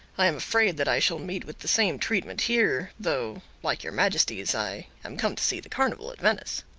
i am afraid that i shall meet with the same treatment here though, like your majesties, i am come to see the carnival at venice.